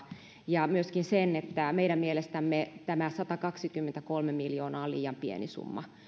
ja myöskin sen että meidän mielestämme tämä satakaksikymmentäkolme miljoonaa on liian pieni summa